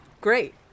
great